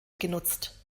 genutzt